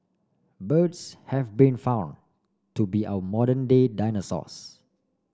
birds have been found to be our modern day dinosaurs